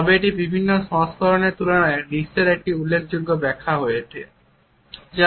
তবে এটি বিভিন্ন সংস্করণের তুলনায় দৃশ্যের একটি উল্লেখযোগ্য ব্যাখ্যা হয়ে ওঠে